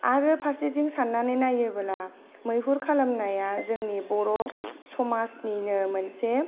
आरो फारसेथिं सान्नानै नायोब्ला मैहुर खालामनाया जोंनि बर' समाजनिनो मोनसे